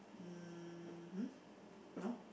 mmhmm no